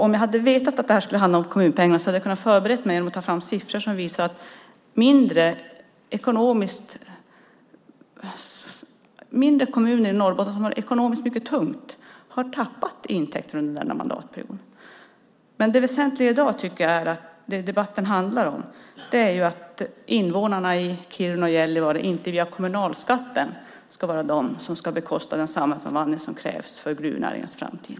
Om jag hade vetat att det här skulle handla om kommunpengar hade jag kunnat förbereda mig genom att ta fram siffror som visar att mindre kommuner i Norrbotten som har det mycket tungt ekonomiskt har tappat intäkter under mandatperioden. Det väsentliga i dag, och det som debatten handlar om, är att invånarna i Kiruna och Gällivare inte ska vara de som via kommunalskatten ska bekosta den samhällsomvandling som krävs för gruvnäringens framtid.